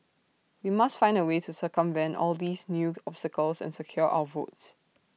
we must find A way to circumvent all these new obstacles and secure our votes